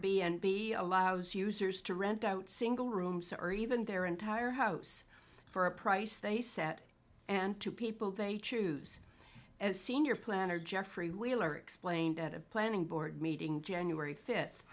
b allows users to rent out single rooms or even their entire house for a price they set and to people they choose as senior planner jeffrey wheeler explained at a planning board meeting january fi